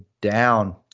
down